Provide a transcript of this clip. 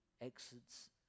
exits